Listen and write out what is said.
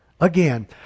Again